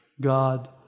God